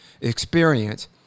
experience